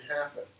happen